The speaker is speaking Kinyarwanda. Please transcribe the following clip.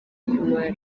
kumar